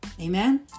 Amen